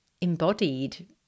embodied